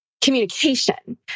communication